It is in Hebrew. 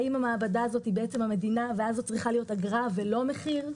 האם המעבדה הזאת היא בעצם המדינה ואז זאת צריכה להיות אגרה ולא מחיר.